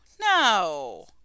no